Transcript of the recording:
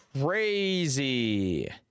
Crazy